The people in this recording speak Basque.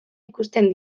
ikusten